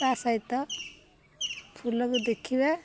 ତା ସହିତ ଫୁଲକୁ ଦେଖିବା